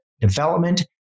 development